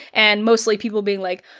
and mostly people being like,